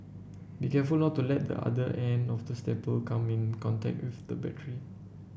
be careful not to let the other end of the staple come in contact with the battery